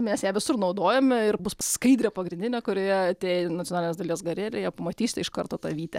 mes ją visur naudojame ir bus skaidrė pagrindinė kurioje atėję į nacionalinę dailės galeriją pamatysite iš karto tą vytę